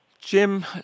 jim